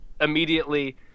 immediately